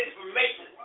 information